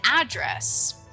address